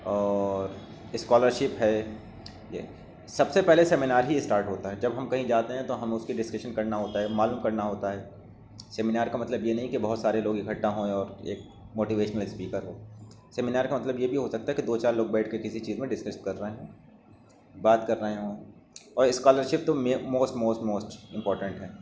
اور اسکالرشپ ہے سب سے پہلے سیمنار ہی اسٹارٹ ہوتا ہے جب ہم کہیں جاتے ہیں تو ہم اس کی ڈسکشن کرنا ہوتا ہے معلوم کرنا ہوتا ہے سیمنار کا مطلب یہ نہیں کہ بہت سارے لوگ اکٹھا ہوں اور ایک موٹیویشنل اسپیکر ہو سیمنار کا مطلب یہ بھی ہو سکتا ہے کہ دو چار لوگ بیٹھ کے کسی چیز میں ڈسکس کر رہے ہیں بات کر رہے ہوں اور اسکالرشپ تو موسٹ موسٹ موسٹ امپارٹنٹ ہے